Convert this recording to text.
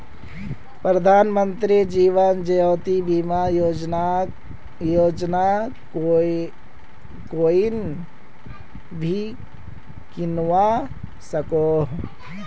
प्रधानमंत्री जीवन ज्योति बीमा योजना कोएन भी किन्वा सकोह